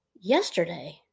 yesterday